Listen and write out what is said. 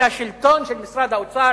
שהשלטון של משרד האוצר